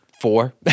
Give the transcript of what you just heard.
four